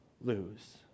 lose